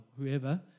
whoever